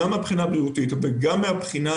גם מהבחינה הבריאותית וגם מהבחינה